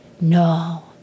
No